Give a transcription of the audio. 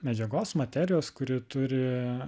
medžiagos materijos kuri turi